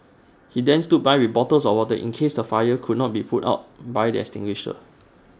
he then stood by with bottles of water in case the fire could not be put out by the extinguisher